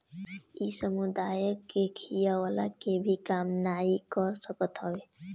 इ समुदाय के खियवला के भी काम नाइ कर सकत हवे